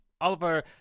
Oliver